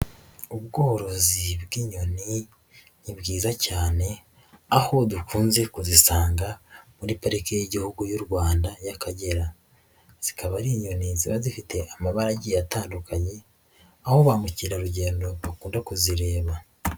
Ubworozi bw'inyoni ni bwiza cyane aho dukunze kuzisanga muri Parike y'Igihugu y'u Rwanda y'Akagera, zikaba ari inyoni ziba zifite amabara agiye atandukanye, aho ba mukerarugendo bakunda kuzireba.